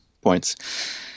points